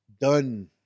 done